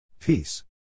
Peace